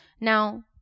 Now-